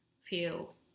feel